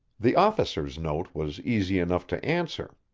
the officer's note was easy enough to answer.